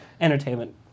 entertainment